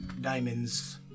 diamonds